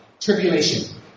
tribulation